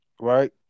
right